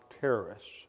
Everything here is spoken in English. terrorists